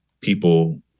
people